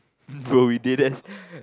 bro you deadass